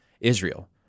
Israel